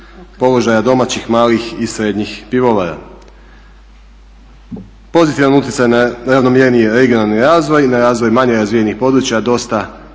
položaja domaćih malih i srednjih pivovara. Pozitivan utjecaj na ravnomjerniji regionalni razvoj i na razvoj manje razvijenih područja, dosta